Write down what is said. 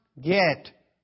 get